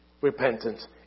repentance